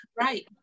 right